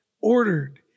ordered